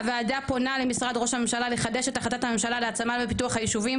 הוועדה פונה למשרד רוה"מ לחדש את החלטת הממשלה להעצמה ופיתוח היישובים,